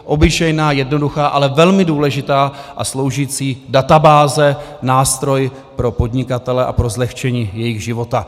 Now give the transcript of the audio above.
Obyčejná, jednoduchá, ale velmi důležitá a sloužící databáze, nástroj pro podnikatele a pro zlehčení jejich života.